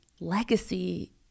Legacy